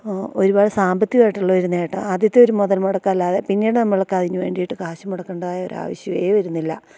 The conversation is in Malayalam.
ഒരുപാട് സാമ്പത്തികമായിട്ട് ഉള്ളൊരു നേട്ടം ആദ്യത്തെയൊരു മുതൽ മുടക്കല്ലാതെ പിന്നീട് നമ്മൾക്ക് അതിന് വേണ്ടീട്ട് കാശ് മുടക്കേണ്ടതായ ഒരാവശ്യവും വരുന്നില്ല